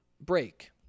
break